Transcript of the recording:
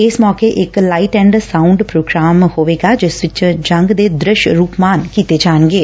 ਇਸ ਮੌਕੇ ਇਕ ਲਾਈਟ ਐਂਡ ਸਾਉਂਡ ਪ੍ਰੋਗਰਾਮ ਹੋਵੇਗਾ ਜਿਸ ਚ ਜੰਗ ਦੇ ਦ੍ਰਿਸ਼ ਰੁਪਮਾਨ ਕੀਤੇ ਜਾਣਗੇਂ